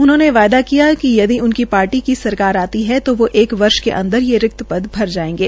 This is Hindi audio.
उन्होंने वायदा किया कि यदि उनकी पार्टी की सरकार आती है तो वो एक वर्ष के अंदर ये रिक्त पद भर जायेंगे